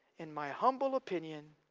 in my humble opinion,